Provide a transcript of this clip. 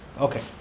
okay